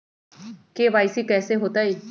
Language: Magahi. के.वाई.सी कैसे होतई?